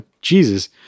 jesus